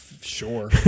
sure